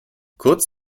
kurz